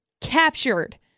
captured